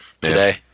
today